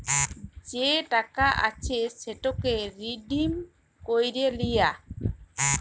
যে টাকা আছে সেটকে রিডিম ক্যইরে লিয়া